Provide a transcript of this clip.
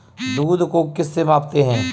दूध को किस से मापते हैं?